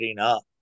up